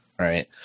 right